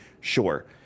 Sure